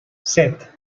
set